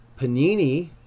Panini